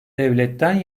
devletten